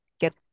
get